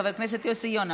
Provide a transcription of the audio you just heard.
חבר הכנסת יוסי יונה,